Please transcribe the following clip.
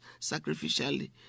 sacrificially